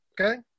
okay